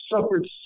suffered